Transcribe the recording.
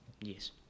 Yes